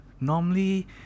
normally